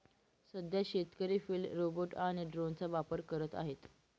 सध्या शेतकरी field robot आणि ड्रोनचा वापर करत आहेत